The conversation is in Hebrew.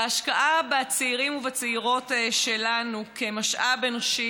וההשקעה בצעירים ובצעירות שלנו כמשאב אנושי